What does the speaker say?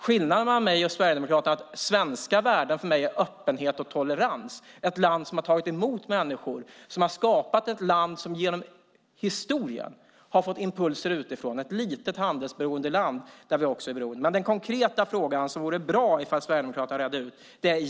Skillnaden mellan mig och Sverigedemokraterna är att svenska värden för mig är öppenhet och tolerans, ett land som har tagit emot människor, ett land som genom historien har fått impulser utifrån, ett litet handelsberoende land. Den konkreta frågan vore det bra ifall Sverigedemokraterna redde ut.